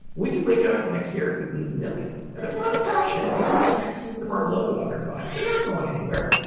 we could wake up next year, it could be in the millions, and there's a lot of passion. people have tattoos of our logo on their body. they're not going anywhere.